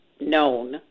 known